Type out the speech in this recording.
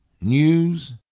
News